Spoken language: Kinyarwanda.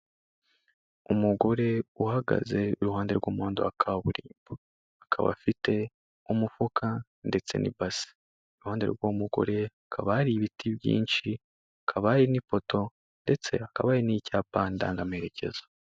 Umugore uhagaze iruhande rw'umuhanda wa kaburimbo, akaba afite umufuka ndetse n'ibasi, iruhande rw'uwo mugore hakaba hari ibiti byinshi, hakaba hari n'ipoto ndetse hakaba n'icyapa ndangamerekezo.